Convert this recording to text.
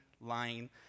lying